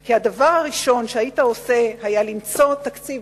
כי הדבר הראשון שהיית עושה היה למצוא תקציב